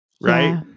Right